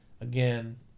again